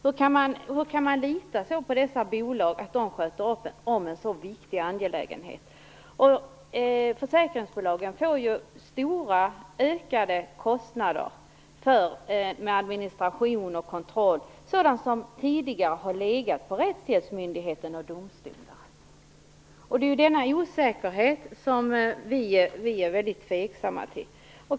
Hur kan man lita så mycket på att dessa bolag sköter en så viktig angelägenhet? Försäkringsbolagen får ju stora och ökade kostnader för administration och kontroll, dvs. för sådant som tidigare har legat på rättshjälpsmyndigheten och domstolarna. Det är när det gäller denna osäkerhet som vi är väldigt tveksamma.